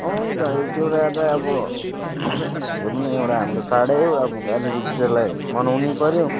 अँ दही चिउरा त अब यो पनि एउटा हाम्रो चाडै हो अब अलिकति त्यसलाई मनाउनैपऱ्यो